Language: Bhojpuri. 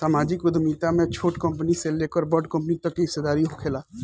सामाजिक उद्यमिता में छोट कंपनी से लेकर बड़ कंपनी तक के हिस्सादारी होखेला